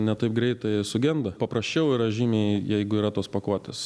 ne taip greitai sugenda paprasčiau yra žymiai jeigu yra tos pakuotės